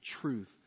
truth